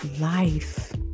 life